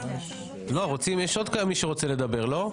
יש עוד מי שרוצה לדבר, לא?